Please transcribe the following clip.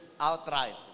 outright